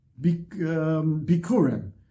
Bikurim